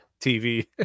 TV